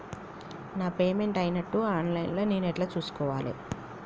నా పేమెంట్ అయినట్టు online లా నేను ఎట్ల చూస్కోవాలే?